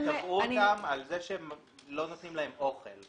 תבעו אותם על כך שהם לא נותנים להם אוכל,